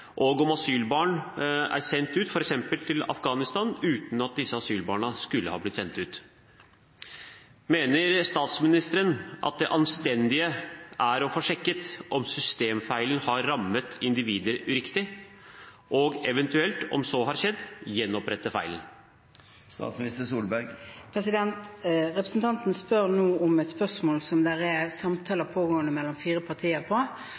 og om asylbarn er sendt ut, f.eks. til Afghanistan, uten at disse asylbarna skulle ha blitt sendt ut. Mener statsministeren at det anstendige er å få sjekket om systemfeilen har rammet individer uriktig, og eventuelt, om så har skjedd, rette opp feilen? Representanten stiller nå et spørsmål der det er pågående samtaler mellom fire partier,